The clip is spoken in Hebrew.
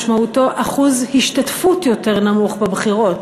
משמעותו אחוז השתתפות יותר נמוך בבחירות.